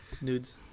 Nudes